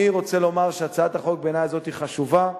אני רוצה לומר שהצעת החוק הזאת היא חשובה בעיני,